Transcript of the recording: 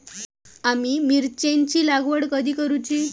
आम्ही मिरचेंची लागवड कधी करूची?